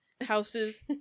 houses